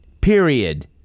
period